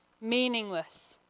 Meaningless